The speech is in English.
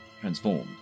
transformed